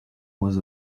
was